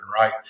right